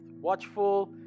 watchful